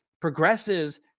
progressives